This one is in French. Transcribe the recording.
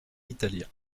italien